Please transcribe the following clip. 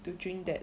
to drink that